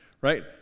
right